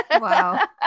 Wow